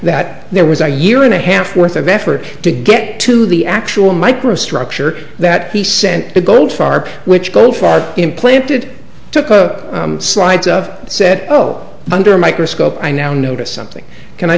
that there was a year and a half worth of effort to get to the actual microstructure that he sent to goldfarb which go far implanted took a slides of said oh under a microscope i now notice something can i